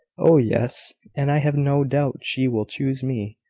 oh, yes and i have no doubt she will choose me.